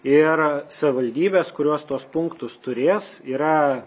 ir savivaldybės kurios tuos punktus turės yra